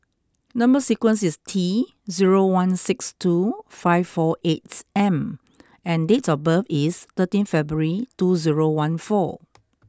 number sequence is T zero one six two five four eight M and date of birth is thirteen February two zero one four